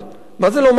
מה זה לא מרשים לעבוד?